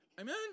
Amen